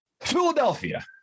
Philadelphia